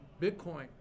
Bitcoin